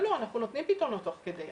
לא, אנחנו נותנים פתרונות תוך כדי.